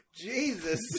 jesus